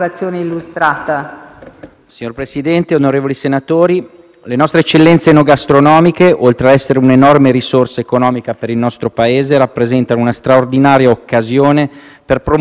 le nostre eccellenze enogastronomiche, oltre ad essere un'enorme risorsa economica per il nostro Paese, rappresentano una straordinaria occasione per promuovere una grande eredità culturale, anche dal punto di vista turistico.